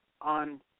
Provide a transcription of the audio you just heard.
on